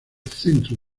centro